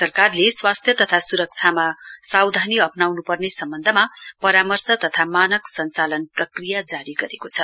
सरकारले स्वास्थ्य तथा सुरक्षामा सावधानी अप्नाउनु पर्ने सम्वन्धमा परामर्श तथा मानक संचालन प्रक्रिया जारी गरेको छ